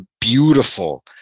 beautiful